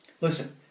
Listen